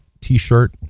T-shirt